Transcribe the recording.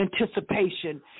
anticipation